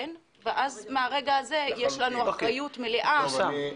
ואז מהרגע הזה יש לנו אחריות מלאה --- אוקיי.